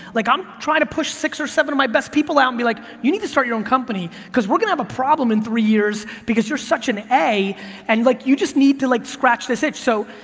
like i'm trying to push six or seven of my best people out, like you need to start your own company because we're gonna have a problem in three years because you're such an a and like you just need to like scratch this itch. so,